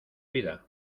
vida